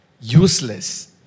Useless